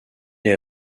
est